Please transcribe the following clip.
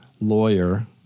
lawyer